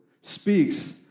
speaks